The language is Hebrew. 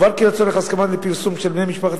יובהר כי לצורך הסכמה לפרסום של בני משפחת